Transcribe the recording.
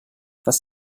was